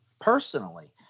personally